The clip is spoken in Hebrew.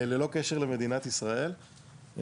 ללא קשר למדינת ישראל,